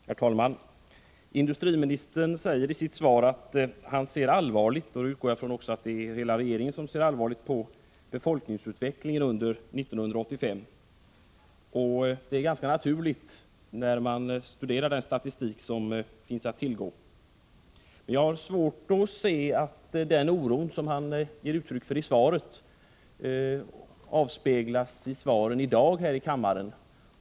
Herr talman! Industriministern säger i sitt svar att han ser allvarligt — jag utgår från att det är hela regeringen som ser allvarligt — på befolkningsutvecklingen under 1985. Det är ganska naturligt när man studerar den statistik som finns att tillgå. Men jag har svårt att se att den oro som industriministern ger uttryck för avspeglas i svaren i dag här i kammaren.